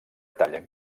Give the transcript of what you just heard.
tallen